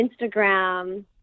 Instagram